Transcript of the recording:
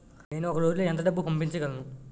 నేను ఒక రోజులో ఎంత డబ్బు పంపించగలను?